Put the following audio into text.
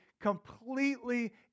Completely